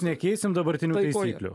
nekeisim dabartinių taisyklių